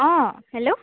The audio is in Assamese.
অঁ হেল্ল'